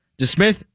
DeSmith